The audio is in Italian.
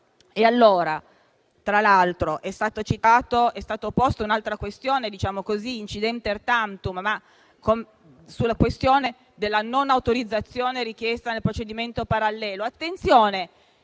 mezzo. Tra l'altro, è stata posta un'altra questione, *incidenter tantum*, sulla questione della non autorizzazione richiesta nel procedimento parallelo.